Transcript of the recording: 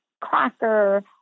cracker